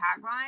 tagline